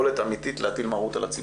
יכולת אמיתית להטיל מרות על הציבור,